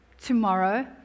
tomorrow